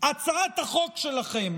הצעת החוק שלכם